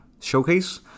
Showcase